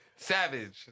Savage